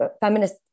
feminist